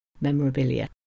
memorabilia